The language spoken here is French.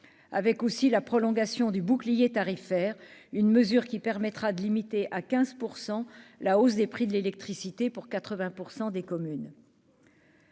avec aussi la prolongation du bouclier tarifaire, une mesure qui permettra de limiter à 15 % la hausse des prix de l'électricité pour 80 % des communes.